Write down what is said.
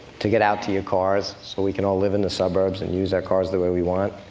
to get out to your cars so we can all live in the suburbs and use our cars the way we want,